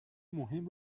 مهم